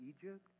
Egypt